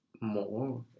more